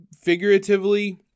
figuratively